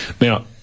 Now